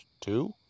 two